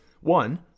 one